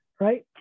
Right